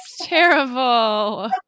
terrible